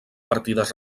partides